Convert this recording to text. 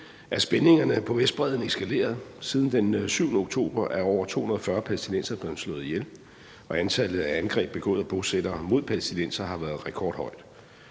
er spændingerne på Vestbredden eskaleret. Siden den 7. oktober er over 240 palæstinensere blevet slået ihjel, og antallet af angreb begået af bosættere mod palæstinensere har været rekordhøjt.